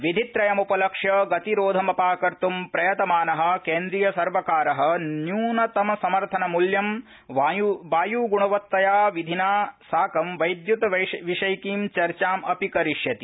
विधित्रयमुपलक्ष्य गतिरोधमपाकत्ी प्रयतमान केन्द्रियसर्वकार न्यूनतमसमर्थन मूल्यमु वायुगुणवत्तया विधिना साकं वैद्युत विषयिकीं चर्चाम् अपि करिष्यति